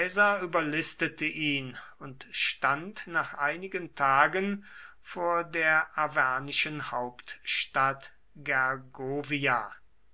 überlistete ihn und stand nach einigen tagen vor der arvernischen hauptstadt